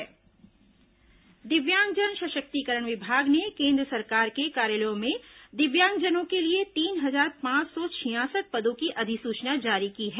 दिव्यांगजन पद अधिसूचना दिव्यांग जन सशक्तिकरण विभाग ने कें द्र सरकार के कार्यालयों में दिव्यांगजनों के लिए तीन हजार पांच सौ छियासठ पदों की अधिसूचना जारी की है